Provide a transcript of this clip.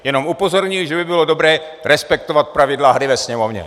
Jenom upozorňuji, že by bylo dobré respektovat pravidla hry ve Sněmovně.